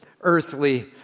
earthly